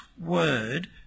word